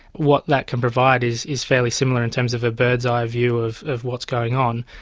what that can provide is is fairly similar in terms of a bird's eye view of of what's going on,